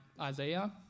Isaiah